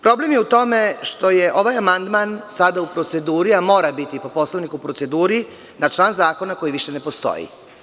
Problem je u tome što je ovaj amandman sada u proceduri a mora biti po Poslovniku u proceduri, na član zakona koji više ne postoji.